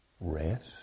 Rest